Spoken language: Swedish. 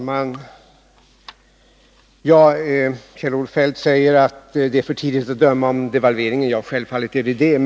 Herr talman! Kjell-Olof Feldt säger att det är för tidigt att döma om devalveringen. Självfallet är det riktigt.